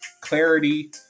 clarity